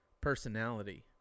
personality